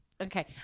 Okay